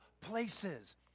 places